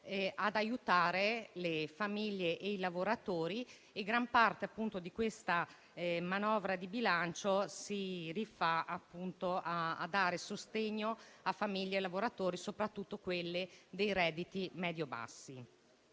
sull'aiuto a famiglie e lavoratori e gran parte di questa manovra di bilancio si prefigge, appunto, di dare sostegno a famiglie e lavoratori, soprattutto quelle dei redditi medio-bassi.